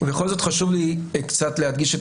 ובכל זאת חשוב לי קצת להדגיש את